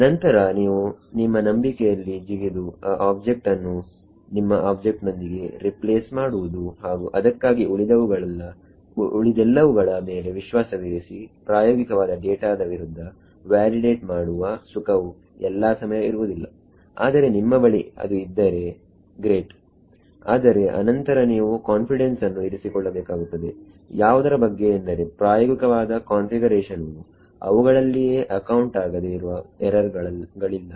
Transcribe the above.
ನಂತರ ನೀವು ನಿಮ್ಮ ನಂಬಿಕೆಯಲ್ಲಿ ಜಿಗಿದು ಆ ಆಬ್ಜೆಕ್ಟ್ ಅನ್ನು ನಿಮ್ಮ ಆಬ್ಜೆಕ್ಟ್ ನೊಂದಿಗೆ ರಿಪ್ಲೇಸ್ ಮಾಡುವುದು ಹಾಗು ಅದಕ್ಕಾಗಿ ಉಳಿದೆಲ್ಲವುಗಳ ಮೇಲೆ ವಿಶ್ವಾಸವಿರಿಸಿ ಪ್ರಾಯೋಗಿಕವಾದ ಡೇಟಾದ ವಿರುದ್ಧ ವೇಲಿಡೇಟ್ ಮಾಡುವ ಸುಖವು ಎಲ್ಲಾ ಸಮಯ ಇರುವುದಿಲ್ಲ ಆದರೆ ನಿಮ್ಮ ಬಳಿ ಇದ್ದರೆ ಅದು ಗ್ರೇಟ್ ಆದರೆ ಅನಂತರ ನೀವು ಕಾನ್ಫಿಡೆನ್ಸ್ ಅನ್ನು ಇರಿಸಿಕೊಳ್ಳಬೇಕಾಗುತ್ತದೆ ಯಾವುದರ ಬಗ್ಗೆ ಎಂದರೆ ಪ್ರಾಯೋಗಿಕವಾದ ಕಾನ್ಫಿಗರೇಷನ್ ವು ಅವುಗಳಲ್ಲಿಯೇ ಅಕೌಂಟ್ ಆಗದೇ ಇರುವ ಎರರ್ ಗಳಿಲ್ಲ